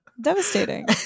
devastating